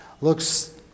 Looks